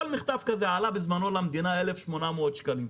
כל מכתב כזה עלה בזמנו למדינה 1,800 שקלים.